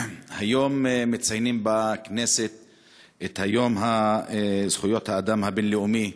היום מציינים בכנסת את יום זכויות האדם הבין-לאומי,